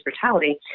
brutality